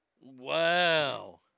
Wow